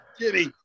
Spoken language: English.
Jimmy